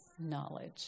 knowledge